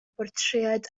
bortread